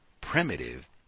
primitive